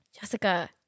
Jessica